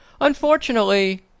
Unfortunately